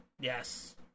Yes